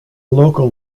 local